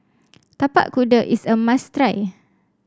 Tapak Kuda is a must try